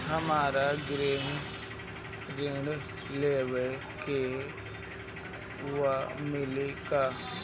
हमरा गृह ऋण लेवे के बा मिली का?